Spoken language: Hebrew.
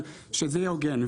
אבל שזה יהיה הוגן.